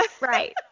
right